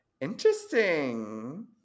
Interesting